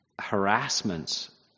harassments